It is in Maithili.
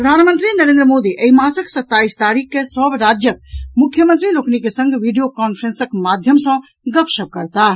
प्रधानमंत्री नरेन्द्र मोदी एहि मासक सत्ताईस तारीख के सभ राज्यक मुख्यमंत्री लोकनिक संग वीडियो कांफ्रेंसक माध्यम सँ गपशप करताह